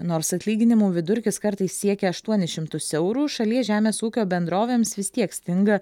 nors atlyginimų vidurkis kartais siekia aštuonis šimtus eurų šalies žemės ūkio bendrovėms vis tiek stinga